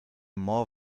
more